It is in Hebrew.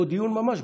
או דיון ממש,